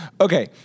Okay